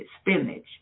spinach